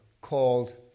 called